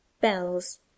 bells